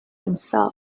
himself